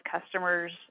customers